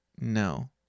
no